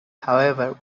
however